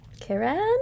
Karen